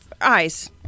eyes